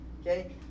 Okay